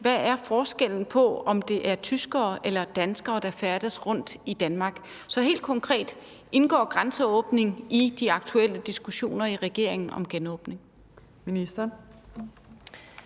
hvad forskellen er på, om det er tyskere eller danskere, der færdes rundt i Danmark. Så helt konkret: Indgår grænseåbning i de aktuelle diskussioner i regeringen om genåbning?